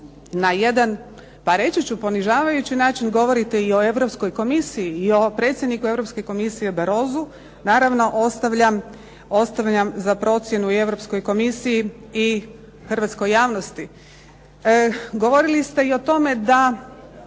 na jedan pa reći ću ponižavajući način govorite i o Europskoj komisiji i o predsjedniku Europske komisije Barrosu naravno ostavljam za procjenu i Europskoj komisiji i hrvatskoj javnosti. Govorili ste i o tome da